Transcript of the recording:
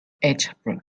ethridge